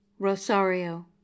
Rosario